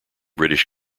british